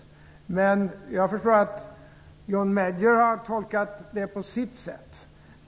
Men jag förstår att John Major har tolkat det på sitt sätt.